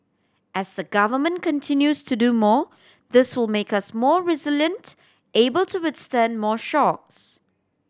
as the Government continues to do more this will make us more resilient able to withstand more shocks